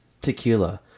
tequila